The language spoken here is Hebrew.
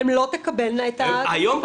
הן לא תקבלנה --- היום?